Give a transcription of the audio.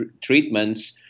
treatments